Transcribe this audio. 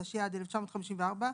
התשי"ד-1954,